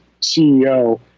CEO